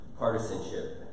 partisanship